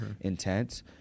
intense